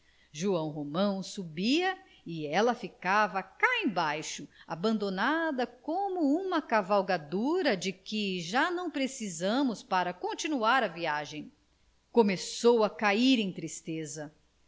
e rasteira joão romão subia e ela ficava cá embaixo abandonada como uma cavalgadura de que já não precisamos para continuar a viagem começou a cair em tristeza